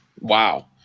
Wow